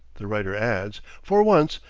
the writer adds for once,